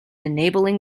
enabling